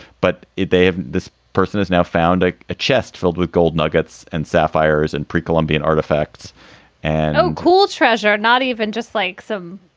but they have. this person has now found like a chest filled with gold nuggets and sapphires and pre colombian artifacts and cool treasure not even just like some.